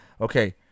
Okay